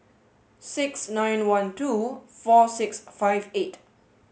six nine one twelve four six five eight